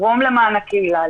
לתרום למען הקהילה,